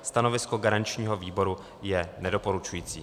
Stanovisko garančního výboru je nedoporučující.